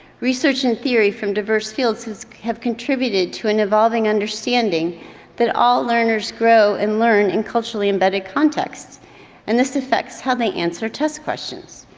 research and theory from diverse fields have contributed to an evolving understanding that all learners grow and learn in culturally embedded contexts and this affects how they answer test questions.